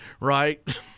right